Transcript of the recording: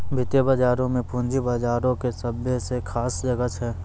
वित्तीय बजारो मे पूंजी बजारो के सभ्भे से खास जगह छै